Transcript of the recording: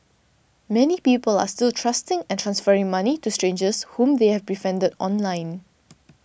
many people are still trusting and transferring money to strangers whom they have befriended online